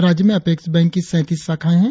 राज्य में apex bank की सैतीस शाखाएं है